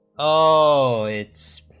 o it's